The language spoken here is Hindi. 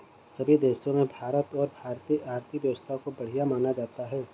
सभी देशों में भारत और भारतीय आर्थिक व्यवस्था को बढ़िया माना जाता है